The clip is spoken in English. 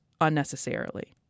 unnecessarily